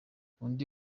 undi